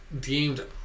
Deemed